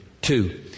Two